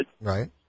Right